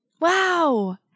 wow